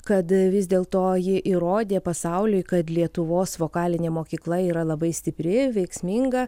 kad vis dėl to ji įrodė pasauliui kad lietuvos vokalinė mokykla yra labai stipri veiksminga